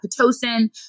pitocin